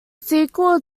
sequel